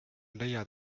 leiad